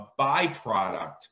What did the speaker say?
byproduct